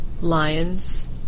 lions